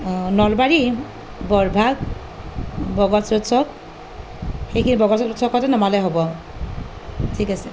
অঁ নলবাৰী বৰভাগ সেইখিনি ওচৰতে নমালেই হ'ব ঠিক আছে